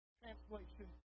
translation